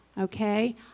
Okay